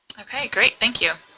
okay great, thank you.